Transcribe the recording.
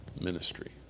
ministry